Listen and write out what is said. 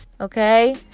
Okay